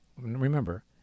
remember